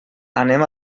anem